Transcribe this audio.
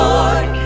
Lord